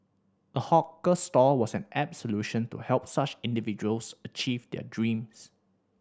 a hawker stall was an apt solution to help such individuals achieve their dreams